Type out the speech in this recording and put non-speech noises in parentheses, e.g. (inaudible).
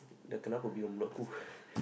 the kenna will be locked (laughs)